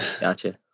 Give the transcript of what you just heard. Gotcha